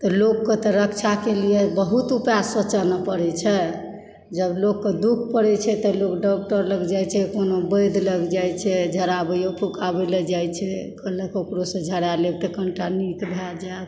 तऽ लोककऽ तऽ रक्षाके लिए बहुत उपाय सोचऽ न पड़ैत छै जब लोककऽ दुःख पड़ैत छै तऽ लोग डाक्टर लग जाइ छै कोनो वैद्य लग जाइ छै झड़ाबइओ फुकाबइओ लऽ जाइ छै कहलक ओकरोसँ झड़ा लेब तऽ कनिटा नीक भए जायब